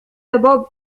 بوب